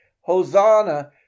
Hosanna